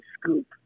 scoop